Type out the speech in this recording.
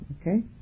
Okay